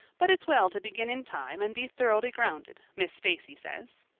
but it's well to begin in time and be thoroughly grounded, miss stacy says.